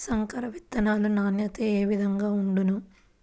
సంకర విత్తనాల నాణ్యత ఏ విధముగా ఉండును?